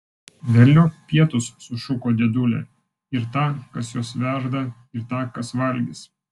velniop pietus sušuko dėdulė ir tą kas juos verda ir tą kas valgys